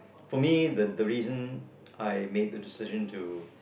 for me the the reason I made the decision to